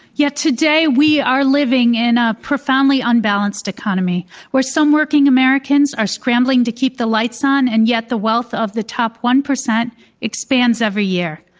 today we are living in a profoundly unbalanced economy where some working americans are scrambling to keep the lights on and yet the wealth of the top one percent expands every year.